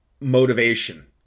motivation